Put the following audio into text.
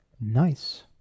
Nice